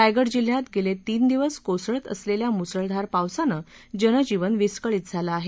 रायगड जिल्हयात गेले तीन दिवस कोसळत असलेल्या मुसळधार पावसानं जनजीवन विस्कळीत झालं आहे